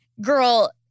Girl